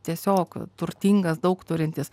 tiesiog turtingas daug turintis